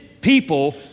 people